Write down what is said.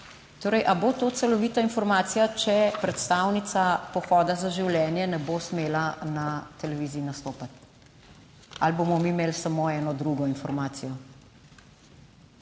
Torej, ali bo to celovita informacija, če predstavnica Pohoda za življenje ne bo smela na televiziji nastopati ali pa bomo mi imeli samo eno drugo informacijo?